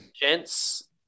gents